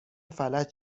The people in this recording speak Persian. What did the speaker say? فلج